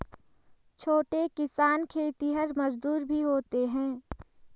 छोटे किसान खेतिहर मजदूर भी होते हैं